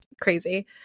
crazy